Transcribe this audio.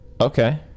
Okay